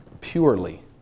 purely